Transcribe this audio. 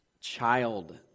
child